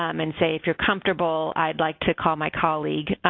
um and say, if you're comfortable, i'd like to call my colleague,